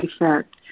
effect